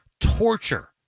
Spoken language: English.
torture